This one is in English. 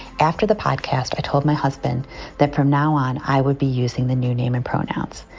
after the podcast i told my husband that from now on i would be using the new name and pronouns.